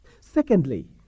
Secondly